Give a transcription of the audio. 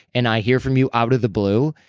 and i hear from you out of the blue.